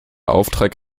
auftrag